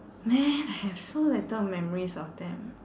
man I have so little memories of them